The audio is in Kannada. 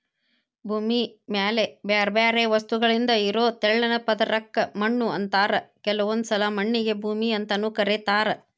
ಭೂಮಿ ಮ್ಯಾಲೆ ಬ್ಯಾರ್ಬ್ಯಾರೇ ವಸ್ತುಗಳಿಂದ ಇರೋ ತೆಳ್ಳನ ಪದರಕ್ಕ ಮಣ್ಣು ಅಂತಾರ ಕೆಲವೊಂದ್ಸಲ ಮಣ್ಣಿಗೆ ಭೂಮಿ ಅಂತಾನೂ ಕರೇತಾರ